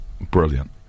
brilliant